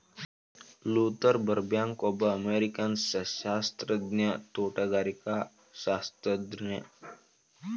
Luther ಬರ್ಬ್ಯಾಂಕ್ಒಬ್ಬ ಅಮೇರಿಕನ್ಸಸ್ಯಶಾಸ್ತ್ರಜ್ಞ, ತೋಟಗಾರಿಕಾಶಾಸ್ತ್ರಜ್ಞ